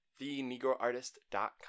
thenegroartist.com